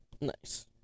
Nice